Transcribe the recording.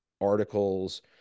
articles